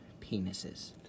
penises